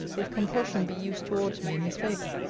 if compulsion be used towards me in his favour.